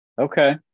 Okay